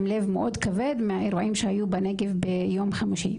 עם לב מאוד כבד מהאירועים שהיו בנגב ביום חמישי.